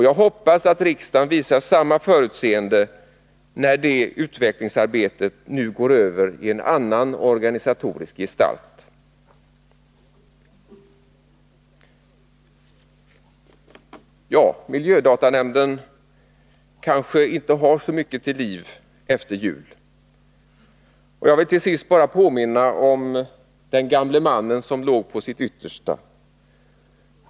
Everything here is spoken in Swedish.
Jag hoppas att riksdagen visar samma förutseende när detta utvecklingsarbete nu går över i en annan organisatorisk gestalt. Miljödatanämnden kanske inte har så mycket till liv efter jul, och jag vill tillsist bara påminna om den gamle mannen som låg på sitt yttersta.